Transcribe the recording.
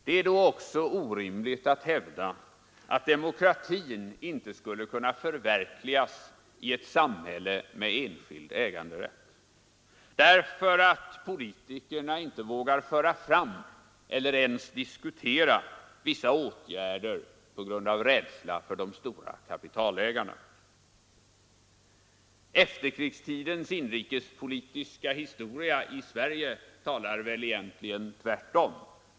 Det är då också orimligt att hävda att demokratin inte kan förverkligas i ett samhälle med enskild äganderätt därför att politikerna inte vågar föra fram eller ens öppet diskutera vissa åtgärder på grund av rädsla för de stora kapitalägarna. Efterkrigstidens inrikespolitiska historia i Sverige talar väl egentligen för att det är tvärtom.